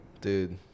Dude